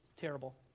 terrible